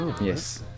Yes